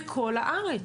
בכל הארץ.